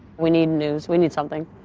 we need news. we need something.